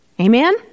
amen